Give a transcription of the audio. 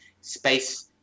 space